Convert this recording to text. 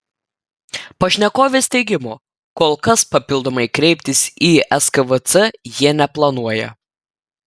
pašnekovės teigimu kol kas papildomai kreiptis į skvc jie neplanuoja